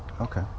Okay